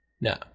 No